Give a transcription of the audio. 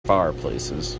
fireplaces